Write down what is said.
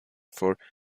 for